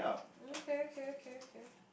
okay okay okay okay